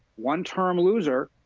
one term loser,